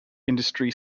industry